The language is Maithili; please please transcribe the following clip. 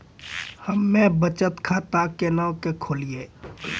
हम्मे बचत खाता केना के खोलियै?